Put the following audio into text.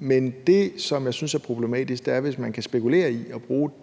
Men det, som jeg synes er problematisk, er, hvis man kan spekulere i at bruge den